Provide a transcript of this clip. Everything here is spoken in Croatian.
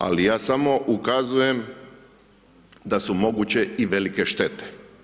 Ali ja samo ukazujem da su moguće i velike štete.